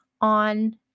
on